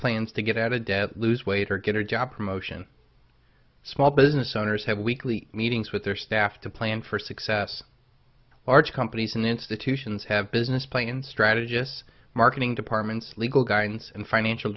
plans to get out of debt lose weight or get a job promotion small business owners have weekly meetings with their staff to plan for success large companies and institutions have business play in strategists marketing departments legal guidance and financial